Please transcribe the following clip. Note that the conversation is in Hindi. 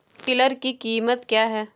टिलर की कीमत क्या है?